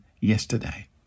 yesterday